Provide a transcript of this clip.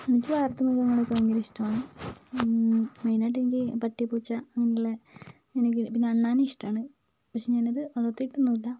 എനിക്ക് വളർത്ത് മൃഗങ്ങളെയൊക്കെ ഭയങ്കര ഇഷ്ടമാണ് മെയ്നായിട്ടെനിക്ക് പട്ടി പൂച്ച അങ്ങനെയുള്ള പിന്നെ അണ്ണാനെ ഇഷ്ടമാണ് പക്ഷേ ഞാനത് വളർത്തിയിട്ടൊന്നുമില്ല